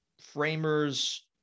framers